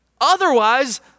Otherwise